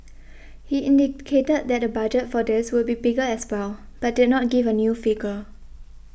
he indicated that the budget for this would be bigger as well but did not give a new figure